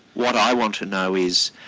what i want to know is